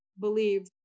believe